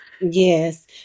Yes